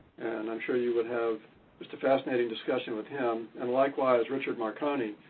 and i'm sure you would have just a fascinating discussion with him, and likewise, richard marconi.